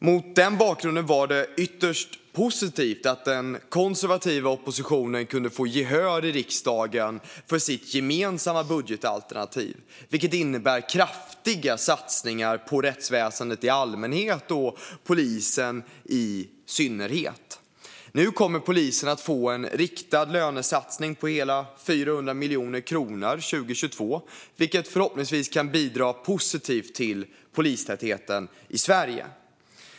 Mot den bakgrunden var det ytterst positivt att den konservativa oppositionen kunde få gehör i riksdagen för sitt gemensamma budgetalternativ, vilket innebär kraftiga satsningar på rättsväsendet i allmänhet och polisen i synnerhet. Nu kommer polisen att få en riktad lönesatsning på hela 400 miljoner kronor 2022, vilket förhoppningsvis kan bidra positivt till polistätheten i Sverige.